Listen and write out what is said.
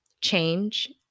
change